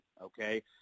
okay –